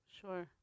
Sure